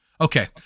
okay